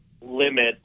limit